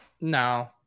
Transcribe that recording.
No